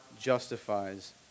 justifies